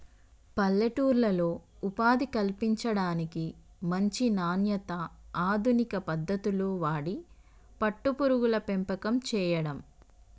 పల్లెటూర్లలో ఉపాధి కల్పించడానికి, మంచి నాణ్యత, అధునిక పద్దతులు వాడి పట్టు పురుగుల పెంపకం చేయడం